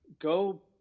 go